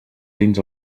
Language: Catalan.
dins